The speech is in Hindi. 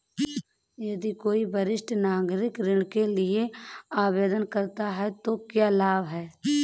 यदि कोई वरिष्ठ नागरिक ऋण के लिए आवेदन करता है तो क्या लाभ हैं?